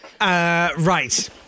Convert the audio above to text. Right